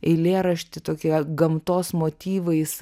eilėraštį tokie gamtos motyvais